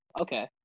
okay